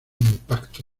impacto